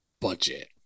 budget